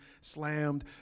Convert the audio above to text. slammed